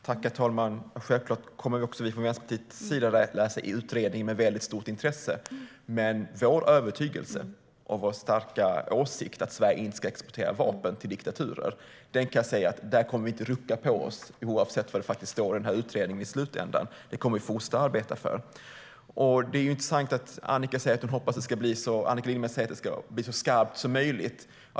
Herr talman! Självklart kommer också vi från Vänsterpartiets sida att läsa utredningen med stort intresse. Men när det gäller vår övertygelse och vår starka åsikt att Sverige inte ska exportera vapen till diktaturer kan jag säga att vi inte kommer att rucka på oss oavsett vad det står i utredningen i slutändan. Det kommer vi att fortsätta att arbeta för. Det är intressant att Annika Lillemets säger att hon hoppas att det ska bli så skarpt som möjligt.